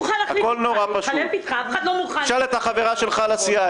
תשאל את החברה שלך לסיעה,